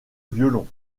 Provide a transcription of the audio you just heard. violon